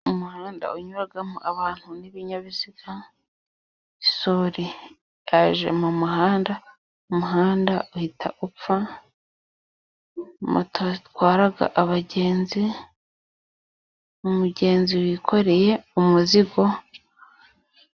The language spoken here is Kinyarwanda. Umuhanda unyuramo abantu n'ibinyabiziga isuri yaje mu muhanda, umuhanda uhita upfa .Moto itwara abagenzi ,umugenzi wikoreye umuzigo.